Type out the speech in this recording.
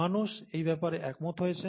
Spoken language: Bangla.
মানুষ এই ব্যাপারে একমত হয়েছেন